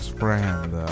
friend